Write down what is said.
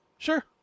Sure